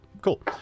cool